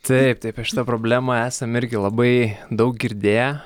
taip tai apie šitą problemą esam irgi labai daug girdėję